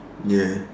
ya